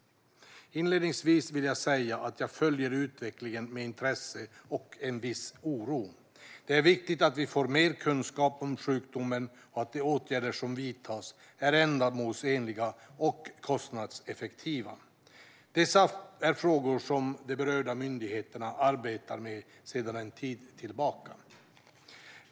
Inledningsvis vill jag säga att jag följer utvecklingen med intresse och viss oro. Det är viktigt att vi får mer kunskap om sjukdomen och att de åtgärder som vidtas är ändamålsenliga och kostnadseffektiva. Detta är frågor som de berörda myndigheterna arbetar med sedan en tid tillbaka.